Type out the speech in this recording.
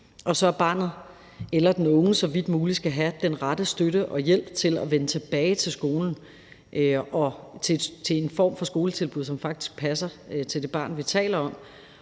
at barnet eller den unge så vidt muligt skal have den rette støtte og hjælp til at vende tilbage til skolen og til en form for skoletilbud, som faktisk passer til det barn, man taler om,